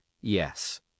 Yes